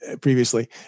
previously